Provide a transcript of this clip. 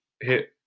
hit